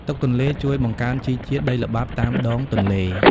ទឹកទន្លេជួយបង្កើនជីជាតិដីល្បាប់តាមដងទន្លេ។